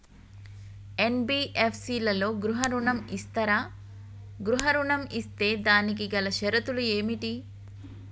NBFC లలో గృహ ఋణం ఇస్తరా? గృహ ఋణం ఇస్తే దానికి గల షరతులు ఏమిటి?